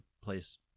place –